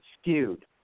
skewed